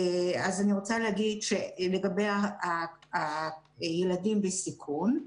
אז לגבי הילדים בסיכון,